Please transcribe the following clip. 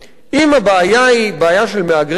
אם הבעיה היא בעיה של מהגרי עבודה,